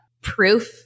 proof